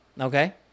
okay